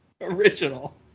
Original